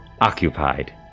occupied